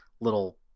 little